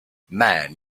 man